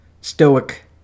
stoic